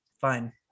Fine